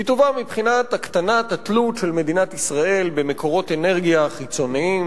היא טובה מבחינת הקטנת התלות של מדינת ישראל במקורות אנרגיה חיצוניים,